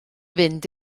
fynd